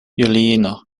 juliino